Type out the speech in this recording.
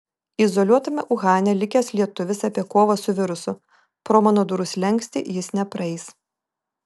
izoliuotame uhane likęs lietuvis apie kovą su virusu pro mano durų slenkstį jis nepraeis